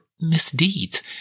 misdeeds